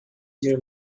شیر